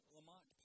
Lamont